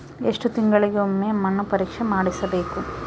ಎಷ್ಟು ತಿಂಗಳಿಗೆ ಒಮ್ಮೆ ಮಣ್ಣು ಪರೇಕ್ಷೆ ಮಾಡಿಸಬೇಕು?